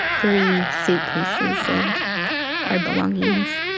three suitcases of our belongings,